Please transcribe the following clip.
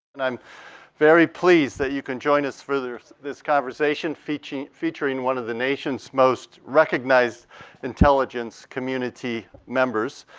and i'm very pleased that you can join us for this this conversation featuring featuring one of the nation's most recognized intelligence community members,